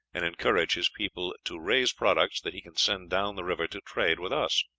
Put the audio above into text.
and encourage his people to raise products that he can send down the river to trade with us.